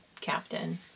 captain